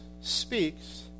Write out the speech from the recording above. speaks